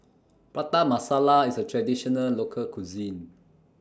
Prata Masala IS A Traditional Local Cuisine